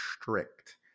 strict